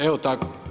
Evo tako.